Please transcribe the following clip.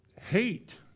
Hate